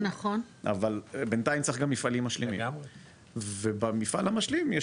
אבל בינתיים צריך גם מפעלים משלימים ובמפעל המשלים,